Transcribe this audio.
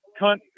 cunt